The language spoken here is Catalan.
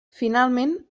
finalment